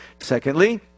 secondly